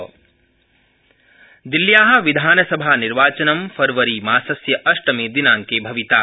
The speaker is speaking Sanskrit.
दिल्लीविधानसभानिर्वाचनम् दिल्ल्या विधानसभानिर्वाचनं फरवरीमासस्य अष्टमे दिनांके भविता